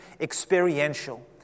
experiential